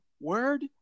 word